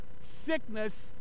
sickness